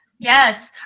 Yes